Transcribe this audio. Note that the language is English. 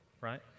right